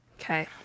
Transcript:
Okay